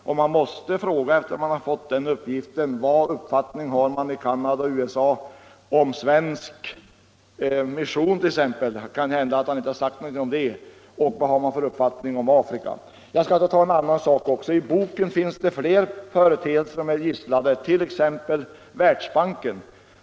När jag fått den uppgiften måste jag fråga: Vilken uppfattning har man i Canada och USA om t.ex. svensk mission — det kan hända att han inte har sagt någonting om det — och vilken uppfattning har man om Afrika? I boken finns det fler företeelser som är gisslade, t.ex. Världsbanken.